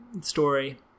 story